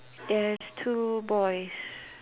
there's two boys